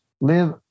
live